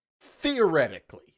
theoretically